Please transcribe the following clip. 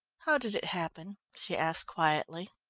how did it happen? she asked quietly.